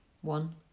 One